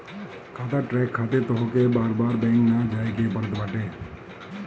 खाता ट्रैक खातिर तोहके बार बार बैंक ना जाए के पड़त बाटे